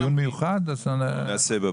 ואם נצטרך דיון מיוחד אז נעשה בפגרה.